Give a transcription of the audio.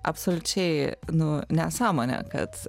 absoliučiai nu nesąmonė kad